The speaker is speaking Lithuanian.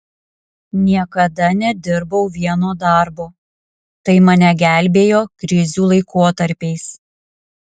niekada nedirbau vieno darbo tai mane gelbėjo krizių laikotarpiais